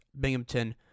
Binghamton